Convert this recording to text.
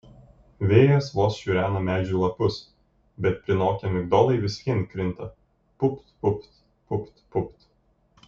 vėjas vos šiurena medžių lapus bet prinokę migdolai vis vien krinta pupt pupt pupt pupt